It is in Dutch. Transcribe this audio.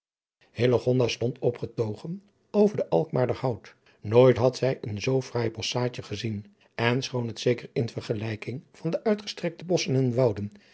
stond opgetogen over den adriaan loosjes pzn het leven van hillegonda buisman alkmaarder hout nooit had zij een zoo fraai bosschaadje gezien en schoon het zeker in vergelijking van de uitgestrekte bosschen en wouden